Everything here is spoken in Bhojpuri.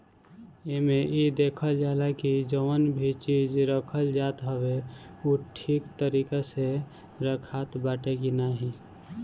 एमे इ देखल जाला की जवन भी चीज रखल जात हवे उ ठीक तरीका से रखात बाटे की नाही